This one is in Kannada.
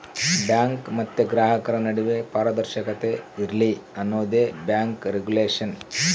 ಬ್ಯಾಂಕ್ ಮತ್ತೆ ಗ್ರಾಹಕರ ನಡುವೆ ಪಾರದರ್ಶಕತೆ ಇರ್ಲಿ ಅನ್ನೋದೇ ಬ್ಯಾಂಕ್ ರಿಗುಲೇಷನ್